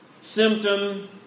symptom